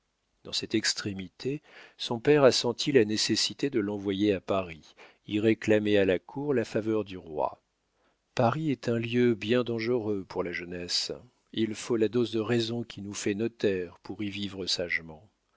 dans cette extrémité son père a senti la nécessité de l'envoyer à paris y réclamer à la cour la faveur du roi paris est un lieu bien dangereux pour la jeunesse il faut la dose de raison qui nous fait notaires pour y vivre sagement